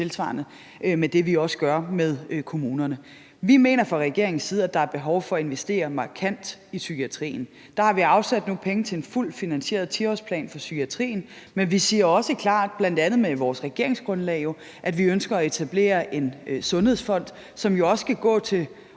tilsvarende med det, vi også gør med kommunerne. Vi mener fra regeringens side, at der er behov for at investere markant i psykiatrien. Der har vi afsat nogle penge til en fuldt finansieret 10-årsplan for psykiatrien, men vi siger også klart, bl.a. med vores regeringsgrundlag, at vi ønsker at etablere en sundhedsfond, som jo også skal gå til